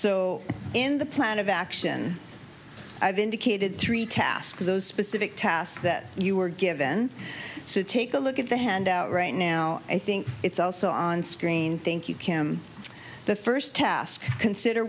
so in the plan of action i've indicated three task those specific tasks that you were given so take a look at the handout right now i think it's also on screen thank you kim the first task consider